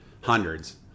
hundreds